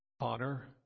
Honor